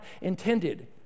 intended